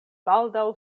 baldaŭ